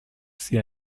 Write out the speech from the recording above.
sie